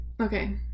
Okay